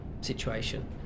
situation